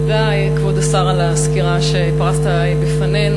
תודה, כבוד השר, על הסקירה שפרסת בפנינו.